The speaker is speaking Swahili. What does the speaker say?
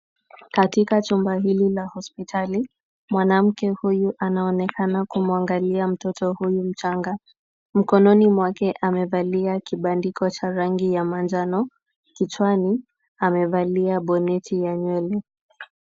Katika chumba hili la hospitali, mwanamke huyu anaonekana kumwangalia mtoto huyu mchanga. Mkononi mwake amevalia kibandiko cha rangi ya manjano, kichwani amevalia boneti ya nywele.